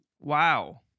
Wow